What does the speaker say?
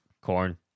corn